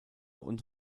und